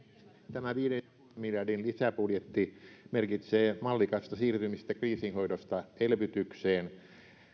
tämä viiden miljardin lisäbudjetti merkitsee mallikasta siirtymistä kriisin hoidosta elvytykseen